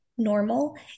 normal